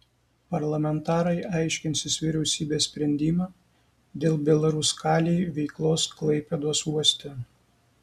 parlamentarai aiškinsis vyriausybės sprendimą dėl belaruskalij veiklos klaipėdos uoste